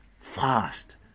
fast